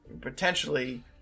potentially